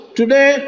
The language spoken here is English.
today